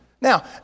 Now